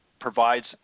provides